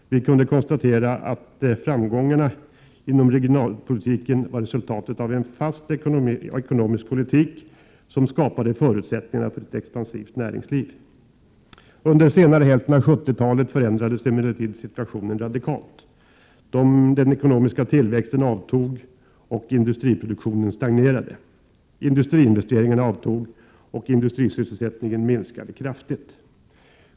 Vi kunde konstatera att framgångarna inom regionalpolitiken var resultatet av en fast ekonomisk politik, som skapade förutsättningar för ett expansivt näringsliv. Under senare hälften av 1970-talet förändrades emellertid situationen radikalt. Den ekonomiska tillväxten avtog och industriproduktionen stagnerade. Industriinvesteringarna avtog, och industrisysselsättningen minskade kraftigt.